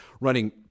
running